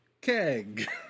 Keg